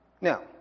Now